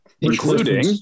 Including